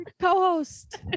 co-host